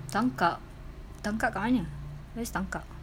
tangkak tangkak kat mana where's tangkak